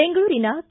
ಬೆಂಗಳೂರಿನ ಕೆ